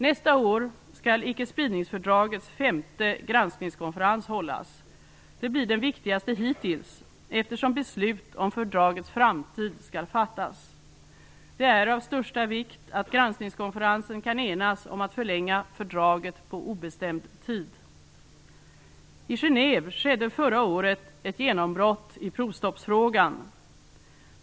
Nästa år skall icke-spridningsfördragets femte granskningskonferens hållas. Det blir den viktigaste hittills, eftersom beslut om fördragets framtid skall fattas. Det är av största vikt att granskningskonferensen kan enas om att förlänga fördraget på obestämd tid. I Genève skedde förra året ett genombrott i provstoppsfrågan.